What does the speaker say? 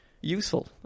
useful